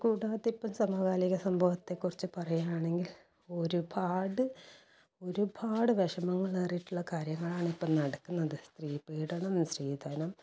കൂടാതെ ഇപ്പോൾ സമകാലിക സംഭവത്തെ കുറിച്ച് പറയാണെങ്കിൽ ഒരുപാട് ഒരുപാട് വിഷമങ്ങളേറിയിട്ടുള്ള കാര്യങ്ങളാണ് ഇപ്പം നടക്കുന്നത് സ്ത്രീ പീഡനം സ്ത്രീധനം